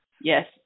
Yes